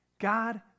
God